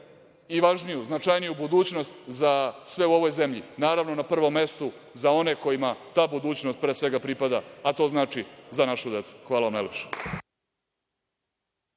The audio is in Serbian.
i važniju, značajniju budućnost za sve u ovoj zemlji. Naravno, na prvom mestu za one kojima ta budućnost, pre svega, pripada a to znači za našu decu. Hvala najlepše.